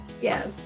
Yes